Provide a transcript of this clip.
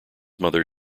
mother